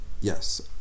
yes